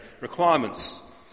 requirements